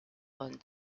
von